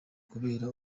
kubera